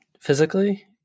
physically